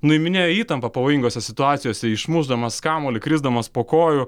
nuiminėjo įtampą pavojingose situacijose išmušdamas kamuolį krisdamas po kojų